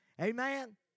Amen